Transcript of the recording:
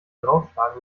draufschlagen